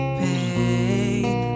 pain